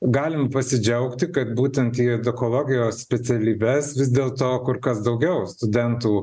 galim pasidžiaugti kad būtent į edukologijos specialybes vis dėlto kur kas daugiau studentų